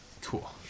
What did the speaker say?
Cool